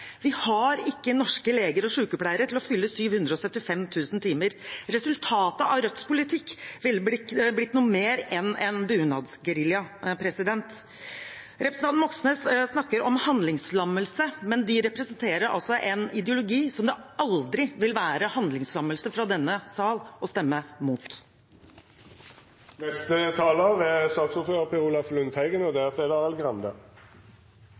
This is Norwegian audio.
Vi har ikke norske leger og sykepleiere til å fylle 775 000 timer. Resultatet av Rødts politikk ville ikke blitt noe mer enn en bunadsgerilja. Representanten Moxnes snakker om handlingslammelse, men de representerer en ideologi som det aldri vil være handlingslammelse fra denne sal å stemme mot. Representanten Heidi Nordby Lunde tar fram de sju arbeidslivskriminalitetssentrene, og det er